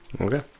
Okay